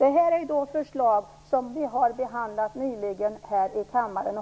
Vi har behandlat dessa förslag nyligen här i kammaren